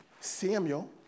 Samuel